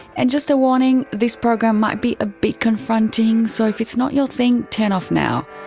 and just a warning, this program might be a bit confronting, so if it's not your thing, turn off now.